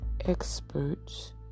experts